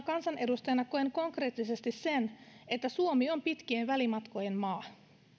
kansanedustajana koen konkreettisesti sen että suomi on pitkien välimatkojen maa